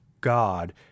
God